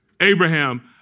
Abraham